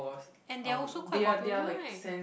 and they're also quite popular right